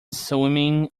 swimming